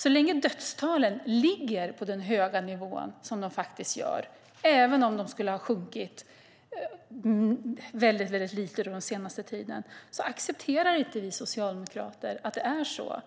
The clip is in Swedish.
så länge dödstalen ligger på den höga nivå som de gör, även om de skulle ha sjunkit lite den senaste tiden, accepterar inte vi socialdemokrater att det är så.